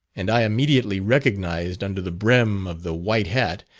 and i immediately recognized under the brim of the white hat,